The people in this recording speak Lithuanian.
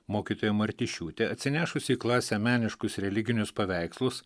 mokytoja martišiūtė atsinešus į klasę meniškus religinius paveikslus